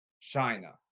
China